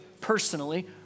personally